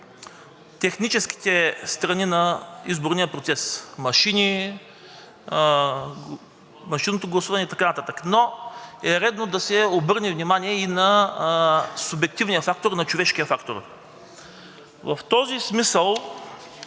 техническите страни на изборния процес – машини, машинното гласуване и така нататък, но е редно да се обърне внимание и на субективния фактор, на човешкия фактор. В този смисъл